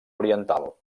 oriental